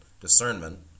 discernment